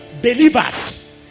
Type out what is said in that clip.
believers